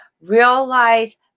realize